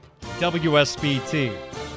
WSBT